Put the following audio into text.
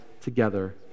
together